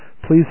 Please